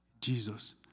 Jesus